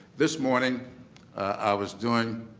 this morning i was doing